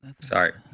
Sorry